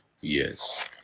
Yes